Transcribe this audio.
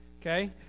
Okay